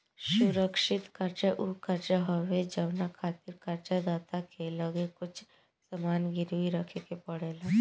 सुरक्षित कर्जा उ कर्जा हवे जवना खातिर कर्ज दाता के लगे कुछ सामान गिरवी रखे के पड़ेला